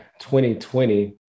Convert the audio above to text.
2020